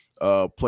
play